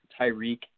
Tyreek